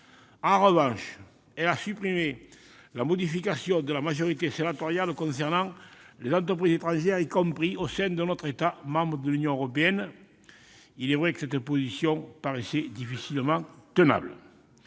En revanche, elle a supprimé la modification introduite par la majorité sénatoriale concernant les entreprises étrangères, y compris au sein d'un autre État membre de l'Union européenne. Il est vrai que cette position paraissait difficilement tenable